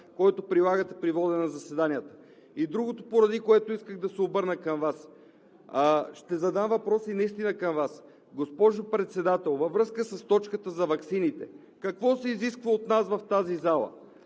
който прилагате при водене на заседанията! Другото, поради което исках да се обърна към Вас. Ще задам въпроса наистина към Вас. Госпожо Председател, във връзка с точката за ваксините, какво се изисква от нас в тази зала